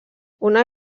una